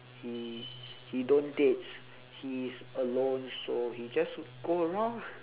he he don't date he is alone so he just go around ah